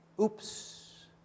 oops